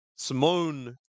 Simone